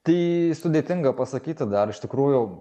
tai sudėtinga pasakyti dar iš tikrųjų